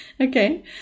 Okay